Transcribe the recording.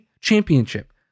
championship